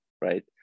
right